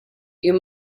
you